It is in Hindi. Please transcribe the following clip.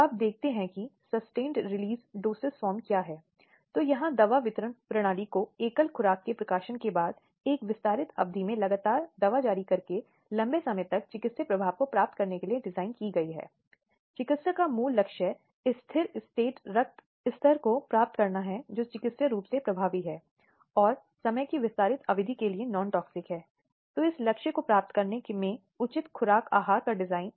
इसलिए सहमति संहिता में निहित है और जब हम ऐसी सहमति की बात करते हैं जैसा कि भारतीय दंड संहिता की धारा 375 में समझाया गया है जो इस शब्द को परिभाषित करता है यह प्रश्न में एक स्पष्ट स्वैच्छिक समझौते को संदर्भित करता है जिसमे गैर प्रतिरोध या अप्रतिरोधी प्रस्तुतीकरण के साथ सहमति शामिल नहीं है